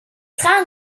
trains